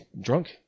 drunk